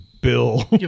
Bill